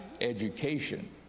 education